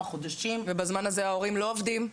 חודשים --- ובזמן הזה ההורים לא עובדים,